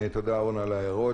תודה, אורנה, על הערות.